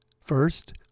First